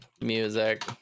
music